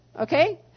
Okay